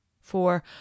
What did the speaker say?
for